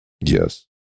Yes